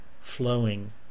flowing